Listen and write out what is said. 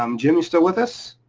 um jim, you still with us?